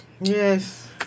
Yes